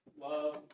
love